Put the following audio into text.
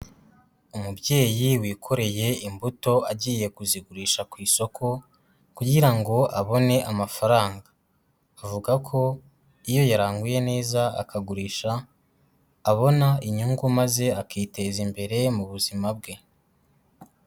Umubyeyi wikoreye imbuto agiye kuzigurisha ku isoko kugira ngo abone amafaranga, avuga ko iyo yaranguye neza akagurisha, abona inyungu maze akiteza imbere mu buzima bwe.